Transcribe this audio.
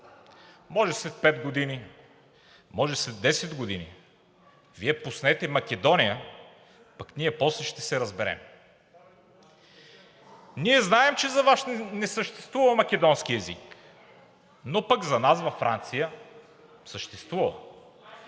може след пет години, може след 10 години, Вие пуснете Македония, пък ние после ще се разберем. Ние знаем, че за Вас не съществува македонски език, но пък за нас във Франция съществува.